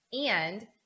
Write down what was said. And-